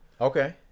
Okay